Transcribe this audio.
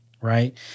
right